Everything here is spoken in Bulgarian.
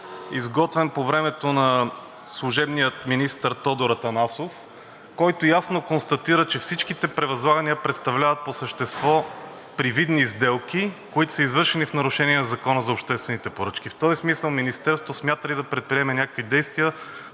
изготвен по времето на служебния министър Тодор Атанасов, който ясно констатира, че всичките превъзлагания представляват по същество привидни сделки, които са извършени в нарушение на Закона за обществените поръчки. В този смисъл Министерството смята ли да предприеме някакви действия